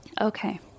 okay